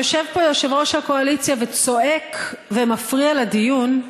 יושב פה יושב-ראש הקואליציה וצועק ומפריע לדיון,